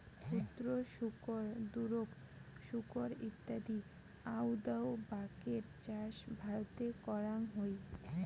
ক্ষুদ্র শুকর, দুরোক শুকর ইত্যাদি আউদাউ বাকের চাষ ভারতে করাং হই